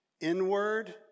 inward